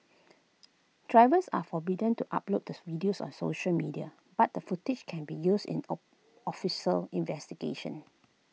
drivers are forbidden to upload this videos on social media but the footage can be used in O official investigations